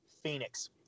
Phoenix